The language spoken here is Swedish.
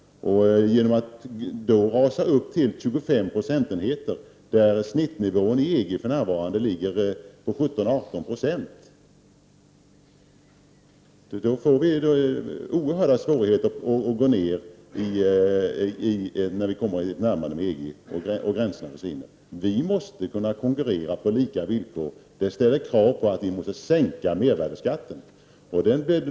Om nivån skulle rasa upp till 25 96 när snittnivån i EG-länderna för närvarande ligger på 17-18 96 skulle vi få oerhörda svårigheter när gränserna försvinner vid ett närmande till EG. Vi måste i Sverige kunna konkurrera på lika villkor. Det ställer krav på en sänkning av mervärdeskatten.